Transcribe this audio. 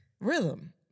rhythm